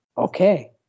Okay